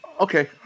okay